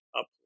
up